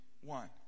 One